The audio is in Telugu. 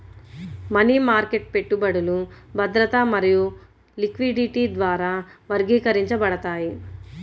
మనీ మార్కెట్ పెట్టుబడులు భద్రత మరియు లిక్విడిటీ ద్వారా వర్గీకరించబడతాయి